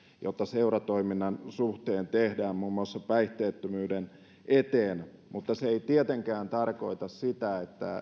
joita seuratoiminnan suhteen tehdään muun muassa päihteettömyyden eteen mutta se ei tietenkään tarkoita sitä etteikö tällaisessa